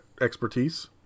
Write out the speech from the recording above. expertise